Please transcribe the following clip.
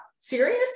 serious